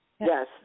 Yes